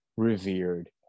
revered